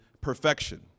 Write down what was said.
perfection